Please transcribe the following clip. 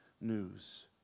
news